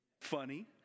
funny